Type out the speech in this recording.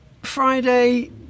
Friday